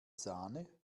sahne